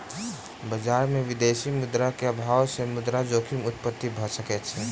बजार में विदेशी मुद्रा के अभाव सॅ मुद्रा जोखिम उत्पत्ति भ सकै छै